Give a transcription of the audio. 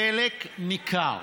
חלק ניכר